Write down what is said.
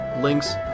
links